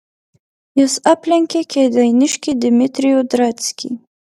jis aplenkė kėdainiškį dimitrijų drackį